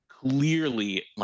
clearly